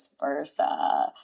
versa